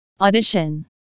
Audition